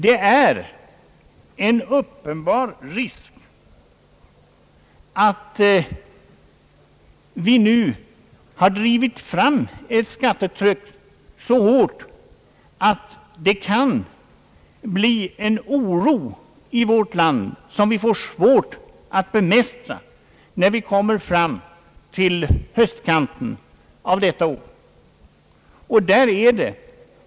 Det är en uppenbar risk att vi nu har drivit fram ett skattetryck så hårt, att det kan bli en oro i vårt land som vi får svårt att bemästra, när vi kommer fram till hös ten detta år.